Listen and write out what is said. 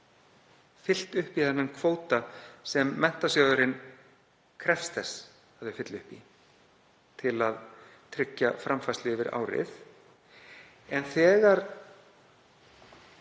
fyllt upp í þann kvóta sem Menntasjóðurinn krefst að það fylli upp í til að tryggja framfærslu yfir árið. En þegar